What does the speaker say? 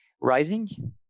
rising